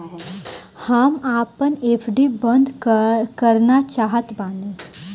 हम आपन एफ.डी बंद करना चाहत बानी